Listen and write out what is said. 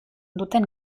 duten